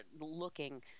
looking